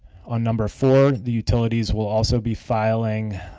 on number four, the utilities will also be filing